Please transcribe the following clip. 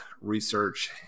research